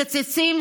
מקצצים,